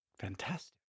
Fantastic